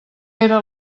era